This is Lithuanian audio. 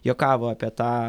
juokavo apie tą